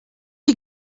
die